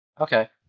Okay